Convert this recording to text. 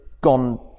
gone